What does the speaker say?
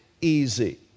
easy